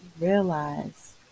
realize